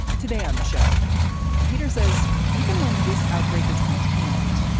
today on the show peter says even when this outbreak is contained,